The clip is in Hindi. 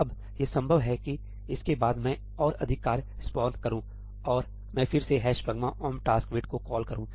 अब यह संभव है कि इसके बाद मैं और अधिक कार्य स्पॉन करूं और मैं फिर से 'hash pragma omp taskwait' को कॉल करूं